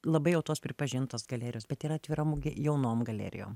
labai jau tos pripažintos galerijos bet yra atvira mugė jaunom galerijom